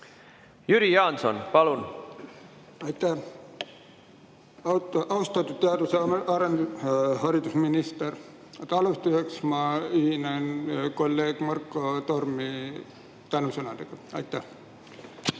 Jüri Jaanson, palun! Aitäh! Austatud teadus‑ ja haridusminister! Alustuseks ma ühinen kolleeg Marko Tormi tänusõnadega. Aitäh!